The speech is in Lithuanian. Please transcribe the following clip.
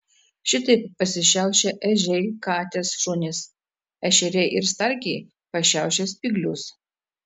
šitaip pasišiaušia ežiai katės šunys ešeriai ir starkiai pašiaušia spyglius